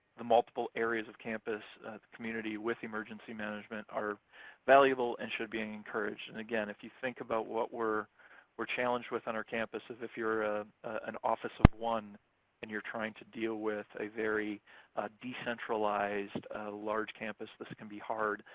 the multiple areas of campus, the community, with emergency management are valuable and should be encouraged. and, again, if you think about what we're we're challenged with on our campuses, if you're an office of one and you're trying to deal with a very decentralized large campus, this can be hard.